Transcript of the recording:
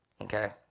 Okay